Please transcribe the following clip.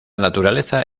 naturaleza